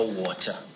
water